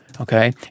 Okay